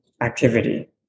activity